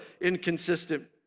inconsistent